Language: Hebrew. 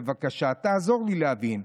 בבקשה תעזור לי להבין,